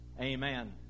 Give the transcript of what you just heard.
Amen